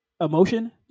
emotion